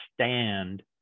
stand